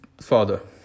father